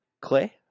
Clay